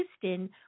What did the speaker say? Houston